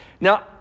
Now